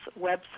website